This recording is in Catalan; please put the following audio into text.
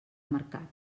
mercat